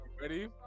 Ready